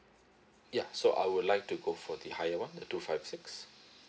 ya so I would like to go for the higher one the two five six